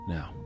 Now